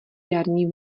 jarní